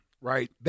right